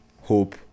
hope